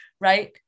right